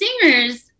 singers